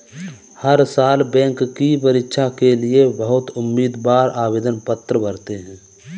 हर साल बैंक की परीक्षा के लिए बहुत उम्मीदवार आवेदन पत्र भरते हैं